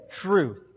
truth